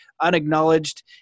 unacknowledged